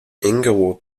inglewood